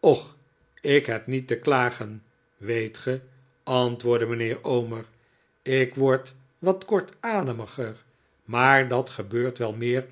och ik heb niet te klagen weet ge antwoordde mijnheer omer ik word wat kortademiger maar dat gebeurt wel meer